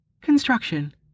Construction